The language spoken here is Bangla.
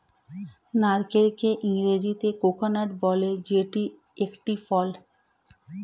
নারকেলকে ইংরেজিতে কোকোনাট বলে যেটি একটি ফল